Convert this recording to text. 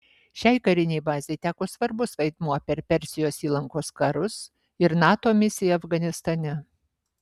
šiai karinei bazei teko svarbus vaidmuo per persijos įlankos karus ir nato misiją afganistane